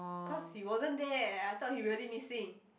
cause he wasn't there I thought he really missing